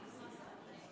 תוצאות ההצבעה: